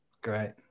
Great